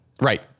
right